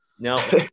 No